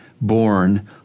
born